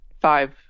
five